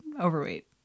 Overweight